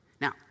Now